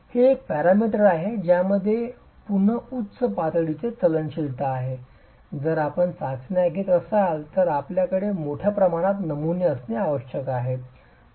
हे एक पॅरामीटर आहे ज्यामध्ये पुन्हा उच्च पातळीचे चलनशीलता आहे जर आपण चाचण्या घेत असाल तर आपल्याकडे मोठ्या प्रमाणात नमुने असणे आवश्यक आहे